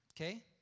Okay